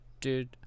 dude